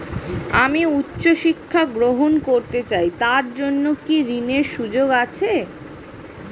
আমি উচ্চ শিক্ষা গ্রহণ করতে চাই তার জন্য কি ঋনের সুযোগ আছে?